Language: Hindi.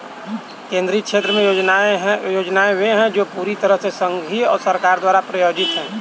केंद्रीय क्षेत्र की योजनाएं वे है जो पूरी तरह से संघीय सरकार द्वारा प्रायोजित है